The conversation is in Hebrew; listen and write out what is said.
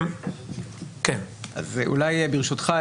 ברשותך,